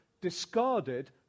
discarded